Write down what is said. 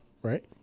Right